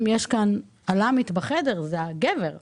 כי גם לנשים היה ברור שאם יש אל"מ בחדר זה חייב להיות גבר.